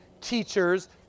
teachers